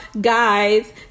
guys